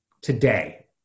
today